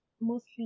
Mostly